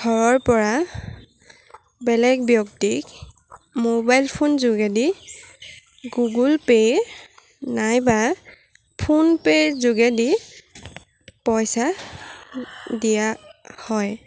ঘৰৰ পৰা বেলেগ ব্য়ক্তিক মোবাইল ফোন যোগেদি গুগুল পে নাইবা ফোন পেৰ যোগেদি পইচা দিয়া হয়